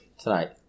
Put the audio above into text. Tonight